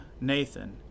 Nathan